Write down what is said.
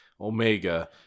Omega